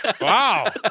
Wow